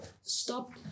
stop